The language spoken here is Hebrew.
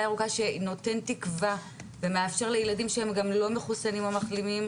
ירוקה שנותן תקווה ומאפשר לילדים שהם גם לא מחוסנים או מחלימים